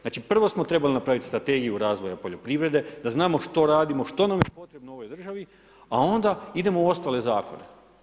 Znači prvo smo trebali napravit Strategiju razvoja poljoprivrede, da znamo što radimo što nam je potrebno u ovoj državi, a onda idemo u ostale zakone.